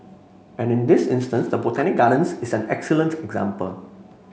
and in this instance the Botanic Gardens is an excellent example